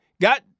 Got